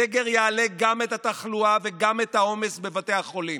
סגר יעלה גם את התחלואה וגם את העומס בבתי החולים.